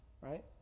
Right